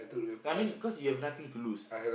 I mean cause you have nothing to lose